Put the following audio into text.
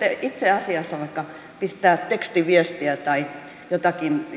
voisitte itse asiassa vaikka pistää tekstiviestiä tai